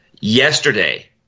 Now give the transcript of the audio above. Yesterday